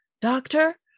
Doctor